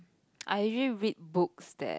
I usually read books that